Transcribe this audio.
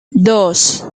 dos